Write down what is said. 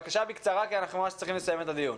בקצרה כי אנחנו צריכים לסיים את הדיון.